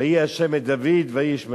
ויהי ה' את דוד ויהי איש מצליח.